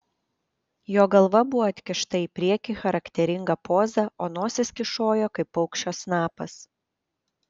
jo galva buvo atkišta į priekį charakteringa poza o nosis kyšojo kaip paukščio snapas